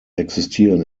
existieren